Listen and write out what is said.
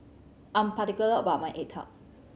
I'm particular about my egg tart